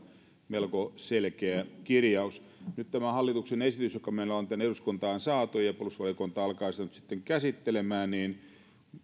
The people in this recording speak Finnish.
melko selkeä kirjaus nyt tämä hallituksen esitys joka meillä on on tänne eduskuntaan saatu ja jota perustuslakivaliokunta alkaa nyt käsittelemään